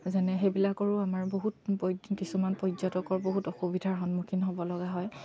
যেনে সেইবিলাকৰো আমাৰ বহুত পৰ্য কিছুমান পৰ্যটকৰ বহুত অসুবিধাৰ সন্মুখীন হ'ব লগা হয়